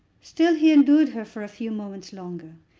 still he endured her for a few moments longer.